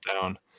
down